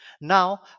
Now